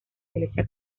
iglesia